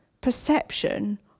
perception